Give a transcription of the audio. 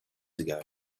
ago